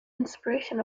inspiration